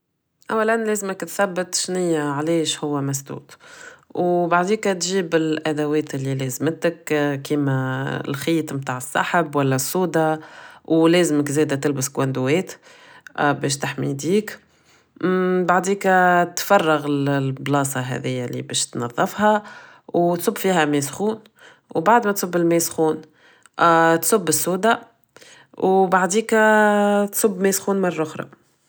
اولا لازمك تثبت شنية علاش هو مسدود و بعديكا تجيب الادوات اللي لازمتك كيما الخيط متاع السحب ولا الصودا ولازمك زادا تلبس ڨوانتوات باش تحمي ايديك بعديكا تفرغ البلاصة هدايا اللي باش تنظفها و تصب فيها ماء سخون بعد ماتصب الماء سخون تصب الصودا و بعديكا تصب ماء سخون مرة اخرى